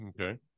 Okay